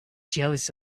jealous